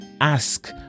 ask